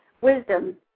wisdom